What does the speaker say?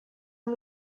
amb